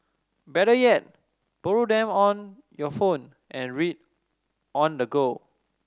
better yet borrow them on your phone and read on the go